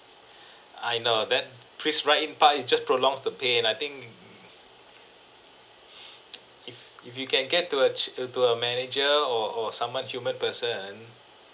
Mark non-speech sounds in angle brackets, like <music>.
<breath> I know that it just prolongs the pain I think <breath> <noise> if if you can get to a c~ to a manager or or someone human person